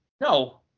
No